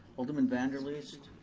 alderman van der leest,